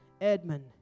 Edmund